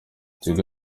tigo